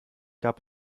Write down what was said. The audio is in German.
gab